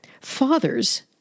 Fathers